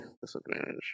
Disadvantage